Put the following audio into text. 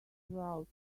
throughout